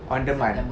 on the month